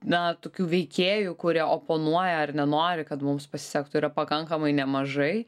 na tokių veikėjų kurie oponuoja ar nenori kad mums pasisektų yra pakankamai nemažai